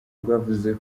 bwavuze